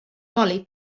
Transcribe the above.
molly